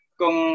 kung